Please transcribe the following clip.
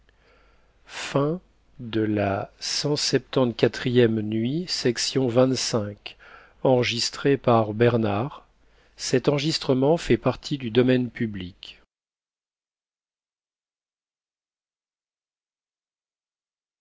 la nuit se